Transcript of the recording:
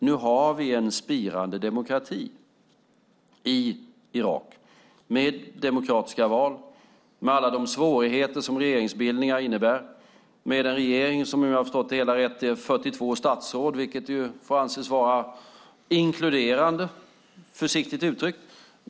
Nu har vi en spirande demokrati i Irak, med demokratiska val, med alla de svårigheter som regeringsbildningar innebär och med en regering som - om jag har förstått det hela rätt - består av 42 statsråd, vilket får anses vara inkluderande, försiktigt uttryckt.